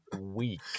week